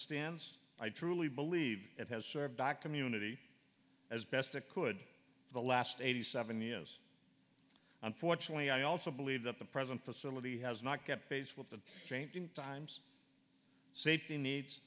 stands i truly believe it has served a community as best it could for the last eighty seven years unfortunately i also believe that the present facility has not kept pace with the changing times safety needs